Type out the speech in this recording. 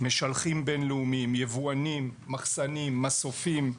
משלחים בין-לאומיים, יבואנים, מחסנים, מסופים.